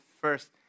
first